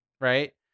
Right